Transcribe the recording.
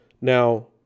Now